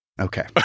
Okay